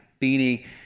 beanie